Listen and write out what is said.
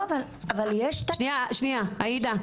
לא, אבל יש תקציב שהוקצה --- שנייה, עאידה.